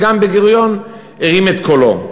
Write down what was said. וגם בן-גוריון הרים את קולו,